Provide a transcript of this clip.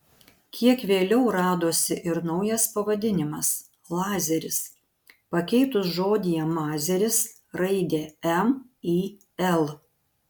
kiek vėliau radosi ir naujas pavadinimas lazeris pakeitus žodyje mazeris raidę m į l